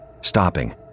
stopping